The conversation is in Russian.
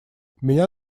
меня